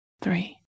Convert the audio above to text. three